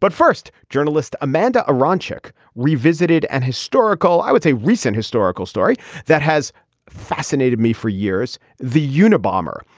but first journalist amanda rancic revisited an and historical i would say recent historical story that has fascinated me for years. the unabomber.